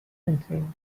anything